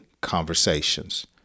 conversations